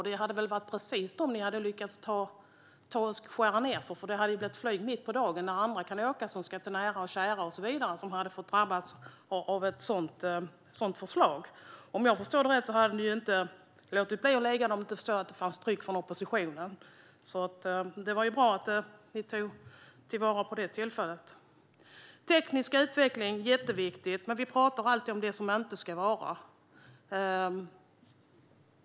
Det hade varit precis dem som man hade lyckats skära ned på, för det hade blivit flygen mitt på dagen, när andra kan åka - de som ska till nära och kära och så vidare - som hade drabbats av ett sådant förslag. Om jag förstår rätt hade man inte låtit bli att lägga fram det om det inte hade funnits ett tryck från oppositionen, så det var bra att man tog vara på det tillfället. Teknisk utveckling är jätteviktigt, men vi talar alltid om det som inte ska vara.